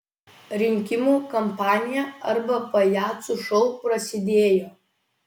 rinkimų kampanija arba pajacų šou prasidėjo